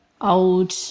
old